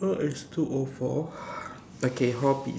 now is two O four okay hobby